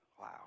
Wow